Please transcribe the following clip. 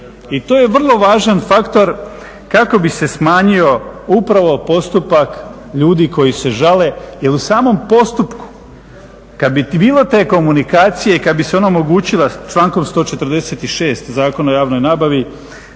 I to je vrlo važan faktor kako bi se smanjio upravo postupak ljudi koji se žale jer u samom postupku kad bi bilo te komunikacije i kad bi se ona omogućila člankom 146. Zakona o javnoj nabavi